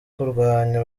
kurwanya